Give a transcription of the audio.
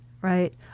right